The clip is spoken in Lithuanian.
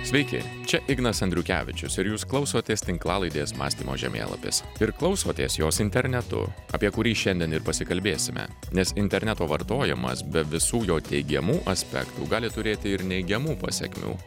sveiki čia ignas andriukevičius ir jūs klausotės tinklalaidės mąstymo žemėlapis ir klausotės jos internetu apie kurį šiandien ir pasikalbėsime nes interneto vartojimas be visų jo teigiamų aspektų gali turėti ir neigiamų pasekmių